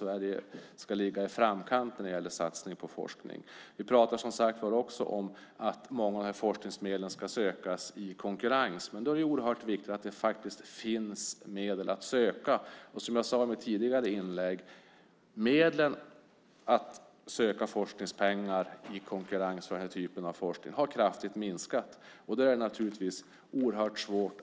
Sverige ska ligga i framkant när det gäller satsningen på forskning. Du pratar, som sagt var, också om att många av forskningsmedlen ska sökas i konkurrens. Men då är det oerhört viktigt att det finns medel att söka. Som jag sade i mitt tidigare inlägg har medlen att söka forskningspengar från i konkurrens för den här typen av forskning kraftigt minskat. Då är det naturligtvis oerhört svårt